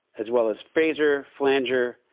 as well as phases, flanger,